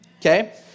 Okay